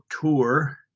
tour